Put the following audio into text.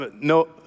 no